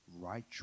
right